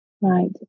right